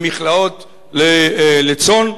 למכלאות לצאן.